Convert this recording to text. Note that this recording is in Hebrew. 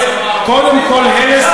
הרס,